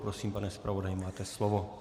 Prosím, pane zpravodaji, máte slovo.